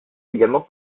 également